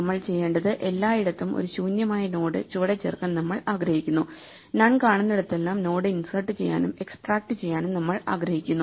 നമ്മൾ ചെയ്യേണ്ടത് എല്ലായിടത്തും ഒരു ശൂന്യമായ നോഡ് ചുവടെ ചേർക്കാൻ നമ്മൾ ആഗ്രഹിക്കുന്നു നൺ കാണുന്നിടത്തെല്ലാം നോഡ് ഇൻസേർട്ട് ചെയ്യാനും എക്സ്ട്രാക്റ്റു ചെയ്യാനും നമ്മൾ ആഗ്രഹിക്കുന്നു